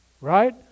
Right